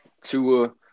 Tua